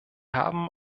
haben